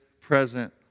present